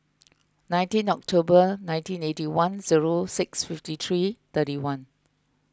nineteen October nineteen eighty one zero six fifty three thirty one